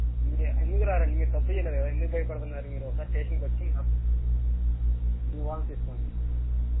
మీరు ఎందుకు రారండి మీరు తప్పు చేయలే కదా ఎందుకు భయపడుతున్నారు మీరు ఒకసారి స్టేషన్కి వచ్చి వెళ్ళండి మీ వాళ్ళని తీసుకోని